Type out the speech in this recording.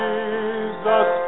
Jesus